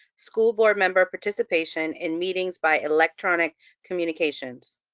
school board member participation in meetings by electronic communications.